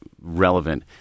relevant